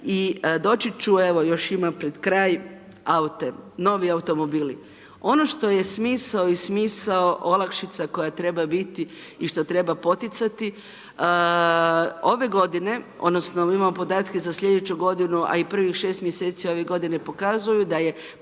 I doći ću evo ima pred kraj, aute, novi automobili. Ono što je smisao i smisao olakšica koja trebaju biti i što treba poticati, ove g. odnosno, mi imamo podatke za sljedeću g. i prvih 6 mj. ove g. pokazuju da je puno